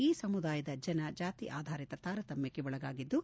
ಈ ಸಮುದಾಯದ ಜನ ಜಾತಿ ಆಧಾರಿತ ತಾರತಮ್ನಕ್ಕೆ ಒಳಗಾಗಿದ್ದು